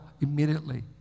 immediately